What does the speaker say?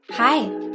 Hi